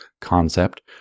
concept